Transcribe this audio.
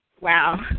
wow